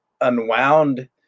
unwound